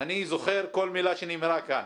אני זוכר כל מילה שנאמרה כאן.